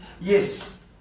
Yes